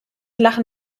lachen